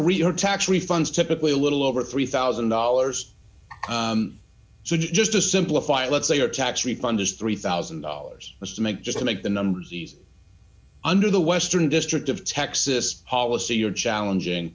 reader tax refunds typically a little over three thousand dollars just to simplify let's say your tax refund is three thousand dollars just to make just to make the numbers he's under the western district of texas policy you're challenging